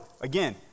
Again